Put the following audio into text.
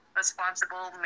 responsible